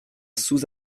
sous